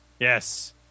Yes